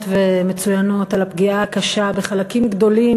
ומצוינות על הפגיעה הקשה בחלקים גדולים